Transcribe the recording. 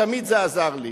תמיד זה עזר לי.